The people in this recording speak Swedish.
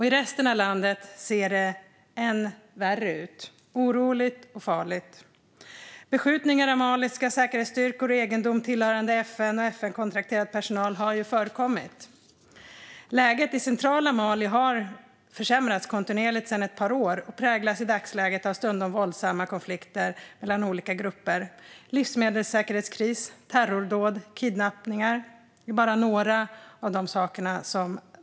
I resten av landet är det mer oroligt och farligt. Beskjutningar av maliska säkerhetsstyrkor och egendom tillhörande FN och FN-kontrakterad personal har förekommit. Läget i centrala Mali har försämrats kontinuerligt sedan ett par år och präglas i dagsläget av stundom våldsamma konflikter mellan olika grupper, livsmedelssäkerhetskriser, terrordåd och kidnappningar.